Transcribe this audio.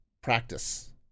practice